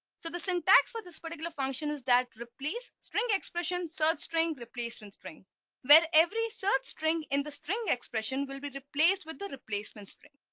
so the syntax for this particular function is that replace spring expression search string replacement spring where every search string in the string expression will be replaced with the replacement string.